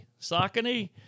Sakani